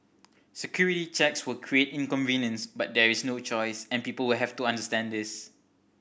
security checks will create inconvenience but there is no choice and people will have to understand this